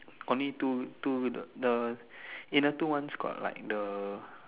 only two two the inner two ones got like the